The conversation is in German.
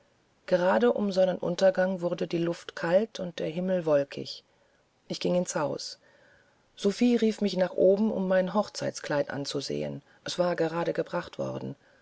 gerade um sonnenuntergang wurde die luft kalt und der himmel wolkig ich ging ins haus sophie rief mich nach oben um mein hochzeitskleid anzusehen das gerade gebracht worden